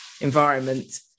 environment